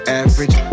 average